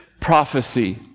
prophecy